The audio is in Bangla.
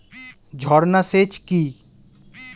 ঝর্না সেচ কি?